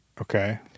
Okay